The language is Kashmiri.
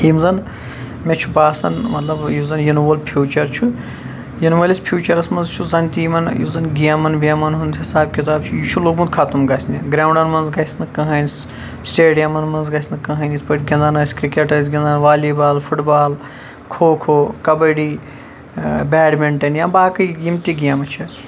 یِم زَن مےٚ چھُ باسان مَطلَب یُس زَن یِنہٕ وول فیوچَر چھُ یِنہٕ وٲلِس فیوچَرَس مَنٛز چھُ زَنتہِ یِمَن یُس زَن گیمَن ویمَن ہُنٛد حساب کِتاب چھُ یہِ چھُ لوٚگمُت خَتم گَژھنہٕ گراوُنڑن مَنٛز گَژھِ نہٕ کٕہٕنۍ سٹیڑیَمَن مَنٛز گَژھنہٕ کٕہٕنۍ یِتھ پٲٹھۍ گِندان ٲسۍ کرکٹ ٲسۍ گِندان volleyball football kho kho kabaddi badminton یا باقٕے یِم تہِ گیمہٕ چھِ